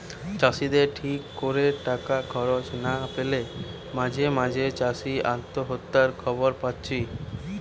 চাষিদের ঠিক কোরে টাকা খরচ না পেলে মাঝে মাঝে চাষি আত্মহত্যার খবর পাচ্ছি